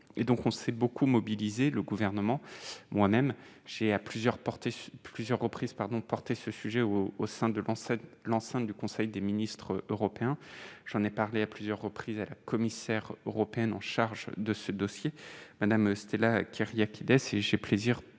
on s'est beaucoup mobilisé le gouvernement moi-même j'ai à plusieurs plusieurs reprises pardon porté ce sujet ou au sein de l'enseigne l'enceinte du conseil des ministres européens, j'en ai parlé à plusieurs reprises à la commissaire européenne en charge de ce dossier Madame Stella Kyriakides